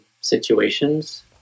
situations